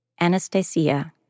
Anastasia